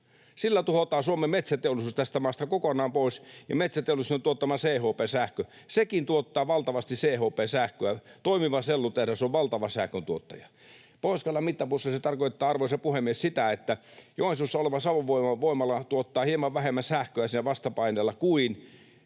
Sillä tuhotaan Suomen metsäteollisuus tästä maasta kokonaan pois. Ja metsäteollisuuden tuottama CHP-sähkö — sekin tuottaa valtavasti CHP-sähköä. Toimiva sellutehdas on valtava sähköntuottaja. Pohjois-Karjalan mittapuussa se tarkoittaa, arvoisa puhemies, sitä, että Joensuussa oleva Savon Voiman voimala tuottaa hieman vähemmän sähköä sillä vastapaineella kuin